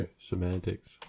semantics